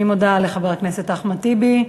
אני מודה לחבר הכנסת אחמד טיבי.